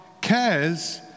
cares